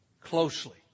closely